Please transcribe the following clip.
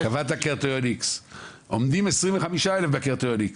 עומדים 15,000 בקריטריון X